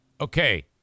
Okay